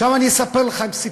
עכשיו אני אספר לכם סיפור.